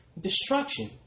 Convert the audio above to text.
destruction